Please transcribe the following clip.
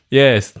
yes